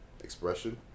expression